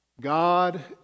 God